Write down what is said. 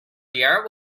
there